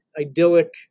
idyllic